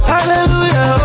Hallelujah